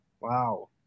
Wow